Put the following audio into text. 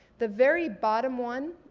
the very bottom one,